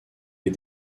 les